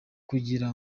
kugira